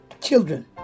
children